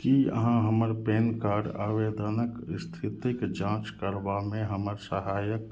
कि अहाँ हमर पैन कार्ड आवेदनक इस्थितिके जाँच करबामे हमर सहायता